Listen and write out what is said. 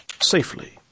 safely